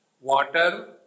Water